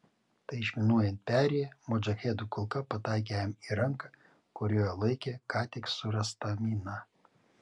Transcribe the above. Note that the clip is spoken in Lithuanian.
tai išminuojant perėją modžahedų kulka pataikė jam į ranką kurioje laikė ką tik surastą miną